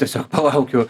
tiesiog palaukiu